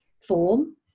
form